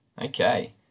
Okay